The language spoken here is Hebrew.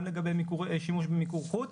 גם לגבי שימוש במיקור חוץ